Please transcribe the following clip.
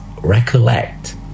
recollect